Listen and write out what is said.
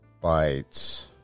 Bites